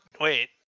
wait